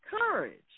courage